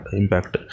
impact